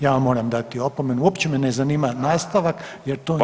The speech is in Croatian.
Ja vam moram dati opomenu, uopće me ne zanima nastavak jer to nije.